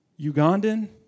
Ugandan